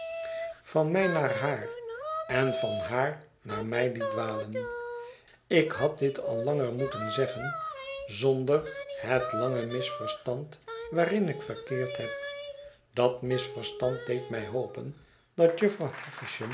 van mij naar haar en van haar naar mij het dwalen ik had dit al vroeger moeten zeggen zonder het lange misverstand waarin ik verkeerd heb bat misverstand deed mij hopen dat jufvrouw